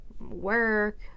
work